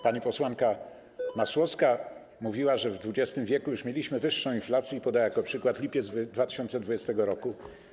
Pani posłanka Masłowska mówiła, że w XX w. już mieliśmy wyższą inflację i podała jako przykład lipiec 2020 r.